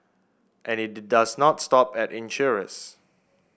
and it does not stop at insurers